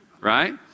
right